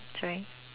that's right